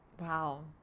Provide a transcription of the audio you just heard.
Wow